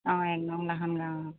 অঁ এক নং লাহন গাঁও